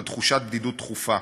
על תחושת בדידות תכופה.